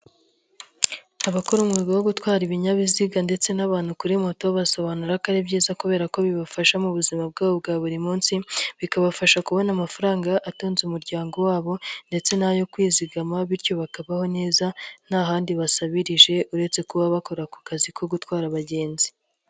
Abakora umwuga wo gutwara ibinyabiziga ndetse n'abantu kuri moto basobanura ko ari byiza kubera ko bibafasha mu buzima bwabo bwa buri munsi, bikabafasha kubona amafaranga atunze umuryango wabo, ndetse n'ayo kwizigama bityo bakabaho neza, nta handi basabirije uretse kuba bakora ako kazi ko gutwara abagenzi.